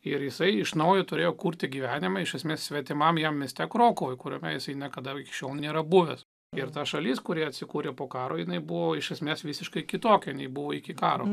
ir jisai iš naujo turėjo kurti gyvenimą iš esmės svetimam jam mieste krokuvoj kuriame jisai niekada iki šiol nėra buvęs ir ta šalis kuri atsikūrė po karo jinai buvo iš esmės visiškai kitokia nei buvo iki karo